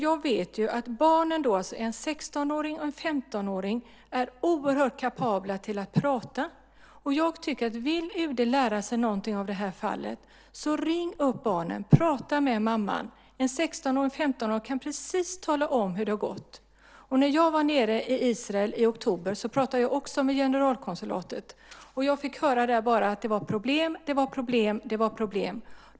Jag vet att barnen, en 16-åring och en 15-åring, är oerhört kapabla till att prata. Jag tycker att vill UD lära sig någonting av det här fallet är det: Ring upp barnen, prata med mamman. En 16-åring och en 15-åring kan tala om precis hur det har gått till. När jag var nere i Israel i oktober pratade jag också med generalkonsulatet. Jag fick bara höra att det var problem, det var problem och det var problem.